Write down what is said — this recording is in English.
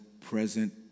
present